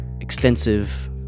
extensive